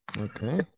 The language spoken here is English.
Okay